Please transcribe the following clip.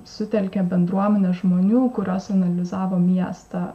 sutelkė bendruomenę žmonių kurios analizavo miestą